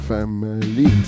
Family